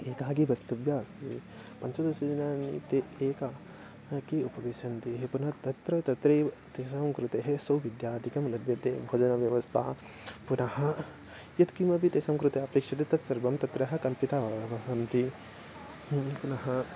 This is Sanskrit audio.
एकाकी उषितव्या अस्ति पञ्चदश दिनानि ते एकाकी उपविशन्ति पुनः तत्र तत्रैव तेषां कृते सोबित्यादिकं लभ्यते भोजनव्यवस्था पुनः यत्किमपि तेषां कृते अपेक्षते तत् सर्वं तत्र कल्पिता बव् वहन्ति पुनः